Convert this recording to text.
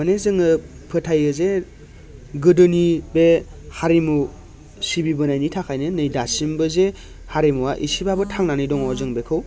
माने जोङो फोथायो जे गोदोनि बे हारिमु सिबिबोनायनि थाखायनो नै दासिमबो जे हारिमुवा इसेब्लाबो थांनानै दङ जों बेखौ